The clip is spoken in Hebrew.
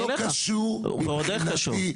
זה לא קשור מבחינתי.